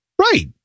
Right